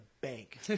bank